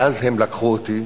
ואז הם לקחו אותי,